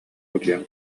утуйан